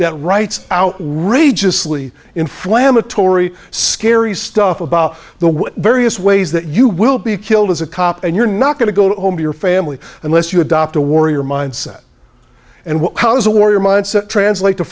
that writes out rageous lee inflammatory scary stuff about the what various ways that you will be killed as a cop and you're not going to go home to your family unless you adopt a warrior mindset and what is a warrior mindset translate to